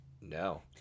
No